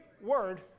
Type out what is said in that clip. word